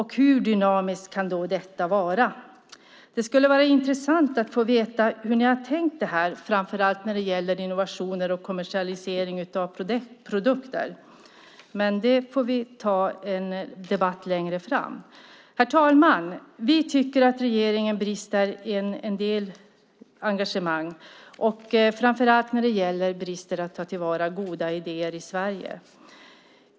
Hur dynamiskt kan det vara? Det skulle vara intressant att få veta hur ni har tänkt när det gäller innovation och kommersialisering av produkter. Det får vi ta i en debatt längre fram. Herr talman! Vi tycker att regeringen brister i engagemang, framför allt brister det när det gäller att ta till vara goda idéer i Sverige.